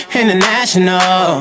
international